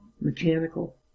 mechanical